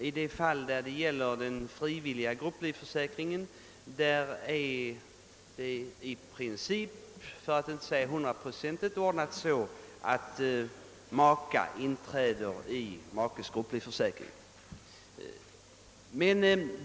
I de fall som gäller den frivilliga grupplivförsäkringen är det i princip — för att inte säga till 100 procent — ordnat så att maka inträder i makes grupplivförsäkring.